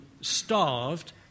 starved